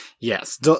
Yes